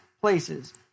places